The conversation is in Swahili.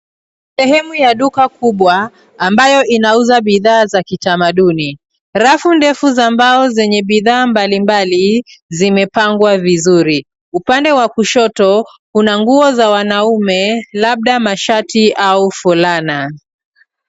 Sehemu ya duka kubwa ambayo inauza bidhaa za kitamaduni. Rafu ndefu za mbao yenye bidhaa mbalimbali zimepangwa vizuri. Upande wa kushoto kuna nguo za wanaume labda mashati au fulana.